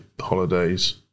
holidays